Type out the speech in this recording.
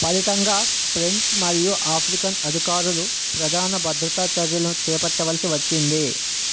ఫలితంగా ఫ్రెంచ్ మరియు ఆఫ్రికన్ అధికారులు ప్రధాన భద్రతా చర్యలను చేపట్టవలసి వచ్చింది